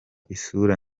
isura